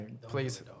please